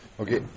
Okay